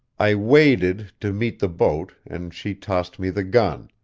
i waded to meet the boat, and she tossed me the gun.